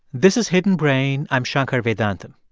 this is hidden brain. i'm shankar vedantam.